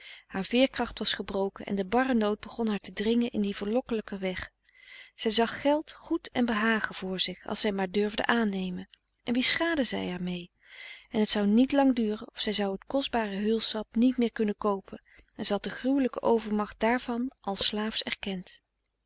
haar veerkracht was gebroken en de barre nood begon haar te dringen in dien verlokkelijken weg zij zag geld goed en behagen vr zich als zij maar durfde aannemen en wie schaadde zij er mee en het zou niet lang duren of zij zou het kostbare heulsap niet meer kunnen koopen en zij had de gruwelijke overmacht daarvan al slaafs erkend